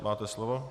Máte slovo.